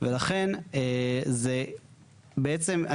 ולכן זה בעצם,